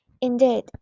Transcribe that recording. Indeed